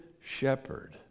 shepherd